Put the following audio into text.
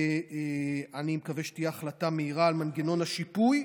אני מקווה שתהיה החלטה מהירה על מנגנון השיפוי.